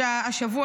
שהשבוע,